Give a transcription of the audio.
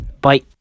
bye